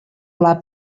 pla